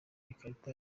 ikarita